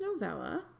novella